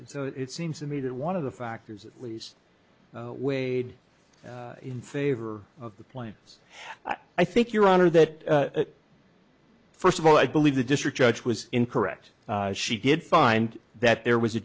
and so it seems to me that one of the factors at least weighed in favor of the plans that i think your honor that first of all i believe the district judge was incorrect she did find that there was a